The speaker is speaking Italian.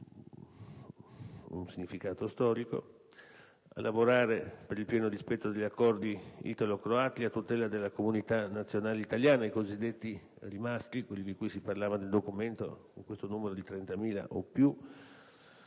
un significato storico);